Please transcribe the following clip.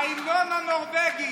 ההמנון הנורבגי.